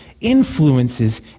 influences